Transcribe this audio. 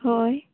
ᱦᱳᱭ